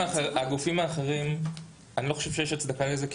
הגופים האחרים אני לא חושב שיש הצדקה לזה,